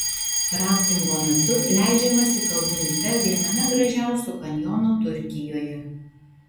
raftingo metu leidžiamasi kalnų upe viename gražiausių kanjonų turkijoje